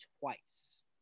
twice